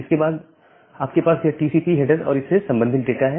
इसके बाद आपके पास यह टीसीपी हेडर और इससे संबंधित डाटा है